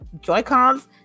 Joy-Cons